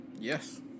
Yes